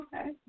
Okay